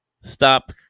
stop